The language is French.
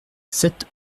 sept